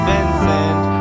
Vincent